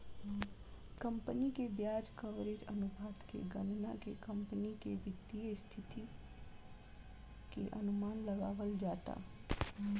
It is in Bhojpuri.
कंपनी के ब्याज कवरेज अनुपात के गणना के कंपनी के वित्तीय स्थिति के अनुमान लगावल जाता